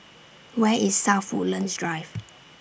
Where IS South Woodlands Drive